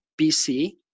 BC